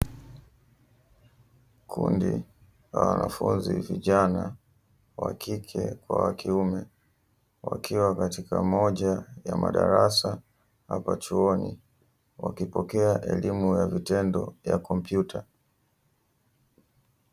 Kundi la wanafunzi vijana wa kike kwa wa kiume wakiwa katika moja ya madarasa hapa chuoni wakipokea elimu ya vitendo ya kompyuta.